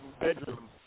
bedroom